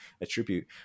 attribute